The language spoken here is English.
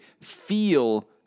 feel